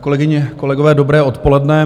Kolegyně, kolegové, dobré odpoledne.